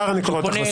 קורא.